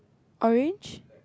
orange